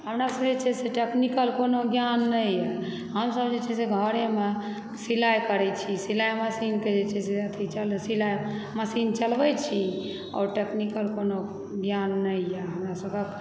हमरा सभकेँ जे छै से टेक्निकल कोनो ज्ञान नहि यऽ हमसभ जे छै से घरेमे सिलाइ करै छी सिलाइ मशीनकऽ जे छै से अथी छै से सिलाइ मशीन चलबैत छी आओर टेक्निकल कोनो ज्ञान नहि यऽ हमरासभकेँ